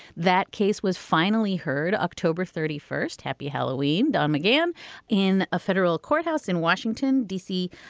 that case was finally heard october thirty first. happy halloween. i'm again in a federal courthouse in washington d c.